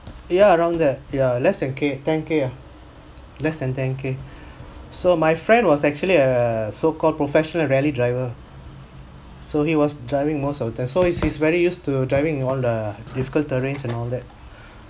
ya around that ya less than K ten K ah less than ten K so my friend was actually a so called professional rally driver so he was driving most of the time so he's very used to driving on the difficult terrain and all that